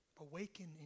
awaken